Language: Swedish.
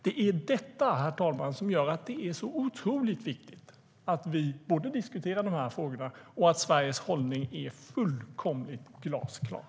Det är detta, herr talman, som gör att det är så otroligt viktigt att vi diskuterar de här frågorna och att Sveriges hållning är fullkomligt glasklar.